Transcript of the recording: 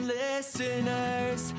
listeners